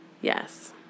Yes